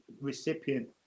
recipient